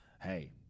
hey